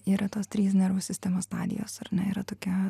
yra tos trys nervų sistemos stadijos ar ne yra tokia